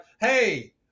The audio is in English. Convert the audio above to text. hey